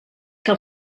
que